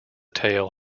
tail